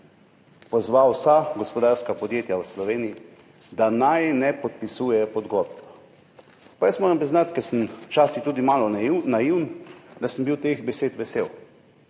pozval vsa gospodarska podjetja v Sloveniji, da naj ne podpisujejo pogodb. Jaz moram priznati, ker sem včasih tudi malo naiven, da sem bil teh besed vesel,